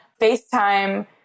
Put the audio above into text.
FaceTime